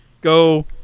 Go